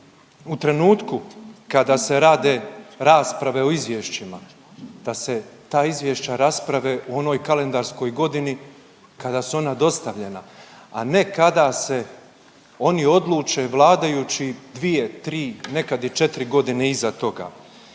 u trenutku kada se rade rasprave o izvješćima, da se ta izvješća rasprave u onoj kalendarskoj godini kada su ona dostavljena, a ne kada se oni odluče vladajući dvije, tri, nekad i četiri godine iza toga,